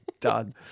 done